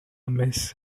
miss